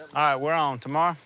we're on, tomorrow?